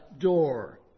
door